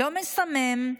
לא מסמם,